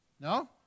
No